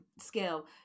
skill